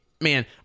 man